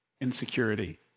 insecurity